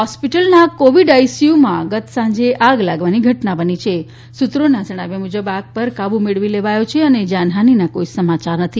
હોસ્પિટલના કોવીડ આઇસીયુમાં ગત સાંજે આગ લાગવાની ઘટના બની છેઃ સુત્રોના ઃ ણાવ્યા મુઃ બ આગ પર કાબુ મળવી લલ્લાયો છ અન જાનહાનીના કોઇ સમાચાર નથી